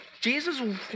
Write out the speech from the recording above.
Jesus